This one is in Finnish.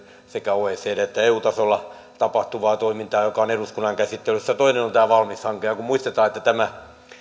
sekä oecdn että eu tasolla tapahtuvaa toimintaa joka on eduskunnan käsittelyssä toinen on tämä valmis hanke kun muistetaan että tämä